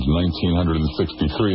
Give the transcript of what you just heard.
1963